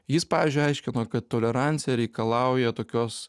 jis pavyzdžiui aiškino kad tolerancija reikalauja tokios